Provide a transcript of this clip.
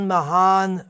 Mahan